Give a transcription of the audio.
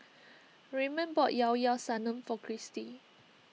Raymond bought Llao Llao Sanum for Kristi